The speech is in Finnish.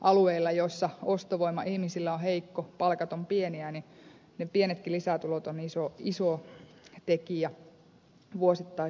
alueella jossa ostovoima ihmisillä on heikko palkat ovat pieniä ne pienetkin lisätulot ovat iso tekijä vuosittaisessa budjetissa